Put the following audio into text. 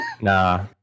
Nah